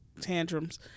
tantrums